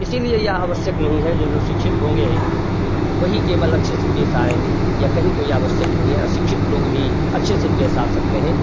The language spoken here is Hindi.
इसलिए यह आवश्यक नहीं है जो जो शिक्षित होंगे वही केवल अच्छे से पेश आएंगे या कहीं कोई आवश्यक नहीं है अशिक्षित लोग भी अच्छे से पेश आ सकते हैं